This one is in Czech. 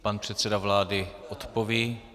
Pan předseda vlády odpoví.